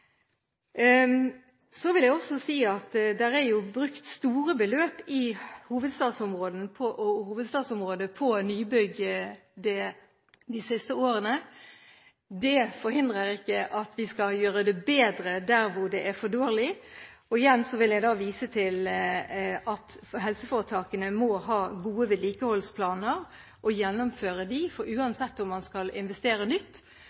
Så vil jeg også si at det er brukt store beløp i hovedstadsområdet på nybygg de siste årene. Det forhindrer ikke at vi skal gjøre det bedre der hvor det er for dårlig. Igjen vil jeg vise til at helseforetakene må ha gode vedlikeholdsplaner og gjennomføre dem, for uansett om man skal investere nytt,